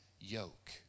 yoke